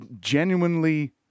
genuinely